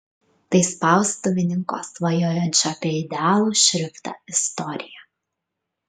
tai spaustuvininko svajojančio apie idealų šriftą istorija